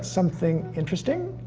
something interesting.